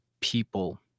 people